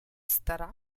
стара